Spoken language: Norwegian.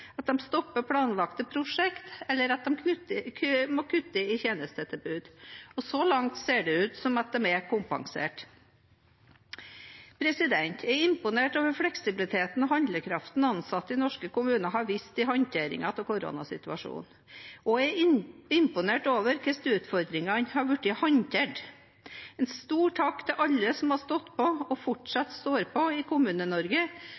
at de stopper planlagte prosjekter, eller at de må kutte i tjenestetilbudet. Så langt ser det ut som om de er kompensert. Jeg er imponert over fleksibiliteten og handlekraften ansatte i norske kommuner har vist i håndteringen av koronasituasjonen, og jeg er imponert over hvordan utfordringene har blitt håndtert. En stor takk til alle som har stått på og